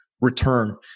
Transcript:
return